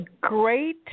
Great